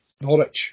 Norwich